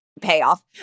payoff